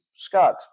Scott